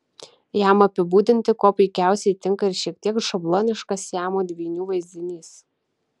jam apibūdinti kuo puikiausiai tinka ir šiek tiek šabloniškas siamo dvynių vaizdinys